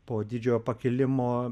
po didžiojo pakilimo